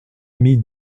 amie